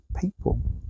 people